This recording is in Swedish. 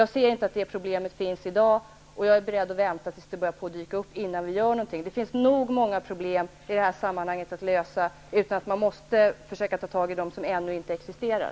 Jag ser inte att det problemet finns i dag. Jag är beredd att vänta med att göra någonting tills det börjar dyka upp. Det finns tillräckligt många problem att lösa i det här sammanhanget, utan att man måste försöka ta tag i dem som ännu inte existerar.